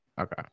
Okay